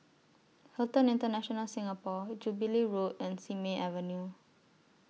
Hilton International Singapore Jubilee Road and Simei Avenue